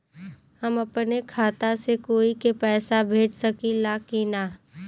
हम अपने खाता से कोई के पैसा भेज सकी ला की ना?